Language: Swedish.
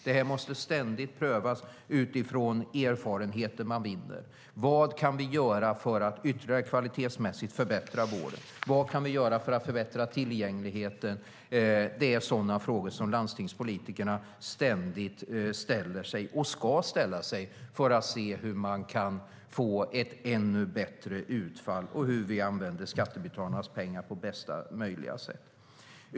Det här måste ständigt prövas utifrån erfarenheter man vinner. Vad kan vi göra för att ytterligare kvalitetsmässigt förbättra vården? Vad kan vi göra för att förbättra tillgängligheten? Det är sådana frågor som landstingspolitikerna ständigt ställer sig, och ska ställa sig, för att se hur man kan få ett ännu bättre utfall och hur vi använder skattebetalarnas pengar på bästa möjliga sätt.